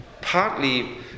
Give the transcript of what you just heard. partly